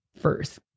first